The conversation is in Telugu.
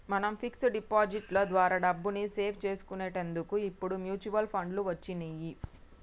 మనం ఫిక్స్ డిపాజిట్ లో ద్వారా డబ్బుని సేవ్ చేసుకునేటందుకు ఇప్పుడు మ్యూచువల్ ఫండ్లు వచ్చినియ్యి